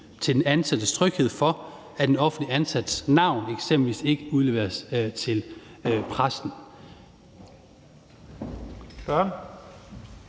til den ansattes tryghed, i forhold til at den offentligt ansattes navn eksempelvis ikke udleveres til pressen. Kl.